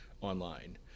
online